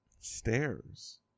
Stairs